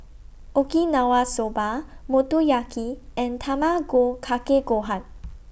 Okinawa Soba Motoyaki and Tamago Kake Gohan